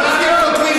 מה אתה מציע,